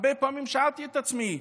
הרבה פעמים שאלתי את עצמי: